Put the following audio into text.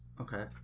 okay